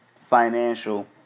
financial